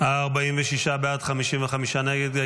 46 בעד, 55 נגד.